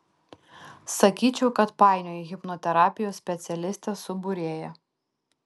sakyčiau kad painioji hipnoterapijos specialistę su būrėja